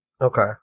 Okay